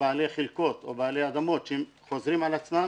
בעלי חלקות או בעלי אדמות שהם חוזרים על עצמם,